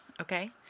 okay